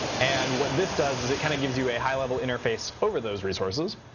and what this does is it kind of gives you a high level interface over those resources.